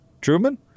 Truman